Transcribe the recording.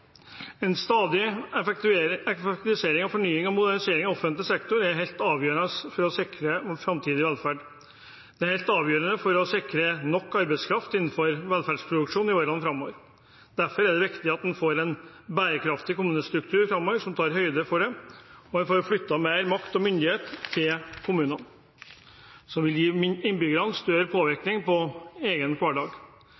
En stadig effektivisering, fornying og modernisering av offentlig sektor er helt avgjørende for å sikre vår framtidige velferd. Det er helt avgjørende for å sikre nok arbeidskraft innenfor velferdsproduksjon i årene framover. Derfor er det viktig at en får en bærekraftig kommunestruktur framover som tar høyde for det, slik at en får flyttet mer makt og myndighet til kommunene, noe som vil gi innbyggerne større påvirkning på egen hverdag.